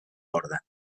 borda